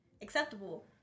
acceptable